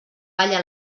palla